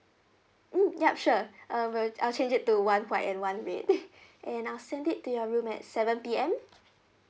mm ya sure err we'll uh change it to the one white and one red and I'll send it to your room at seven P_M